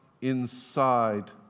inside